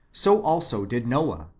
so also did noah,